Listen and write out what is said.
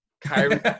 Kyrie